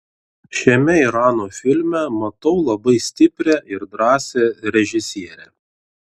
šiame irano filme matau labai stiprią ir drąsią režisierę